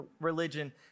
religion